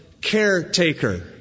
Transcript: caretaker